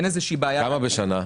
כמה בשנה?